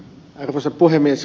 arvoisa puhemies